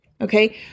okay